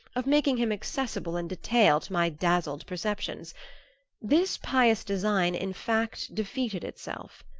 of making him accessible in detail to my dazzled perceptions this pious design in fact defeated itself.